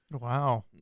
Wow